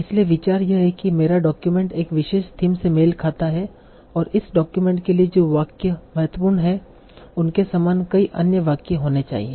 इसलिए विचार यह है कि मेरा डॉक्यूमेंट एक विशेष थीम से मेल खाता है और इस डॉक्यूमेंट के लिए जो वाक्य महत्वपूर्ण हैं उनके समान कई अन्य वाक्य होने चाहिए